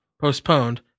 Postponed